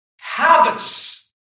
habits